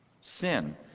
sin